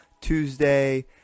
Tuesday